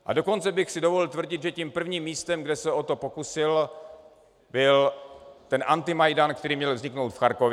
A dokonce bych si dovolil tvrdit, že prvním místem, kde se o to pokusil, byl ten Antimajdan, který měl vzniknout v Charkově.